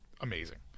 amazing